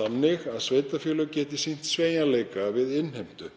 þannig að sveitarfélög geti sýnt sveigjanleika við innheimtu.